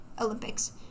Olympics